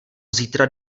zítra